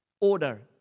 order